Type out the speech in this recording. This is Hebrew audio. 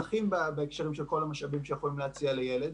בהקשרים של כל המשאבים שיכולים להציע לילד,